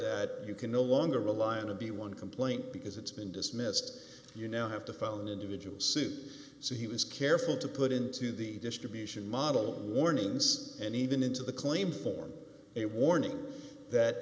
that you can no longer rely on to be one complaint because it's been dismissed you now have to file an individual suit so he was careful to put into the distribution model warnings and even into the claim form a warning that